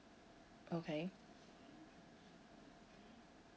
okay